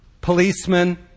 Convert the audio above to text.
Policemen